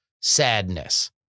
sadness